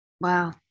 wow